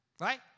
Right